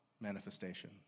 manifestation